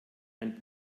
ein